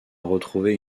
retrouver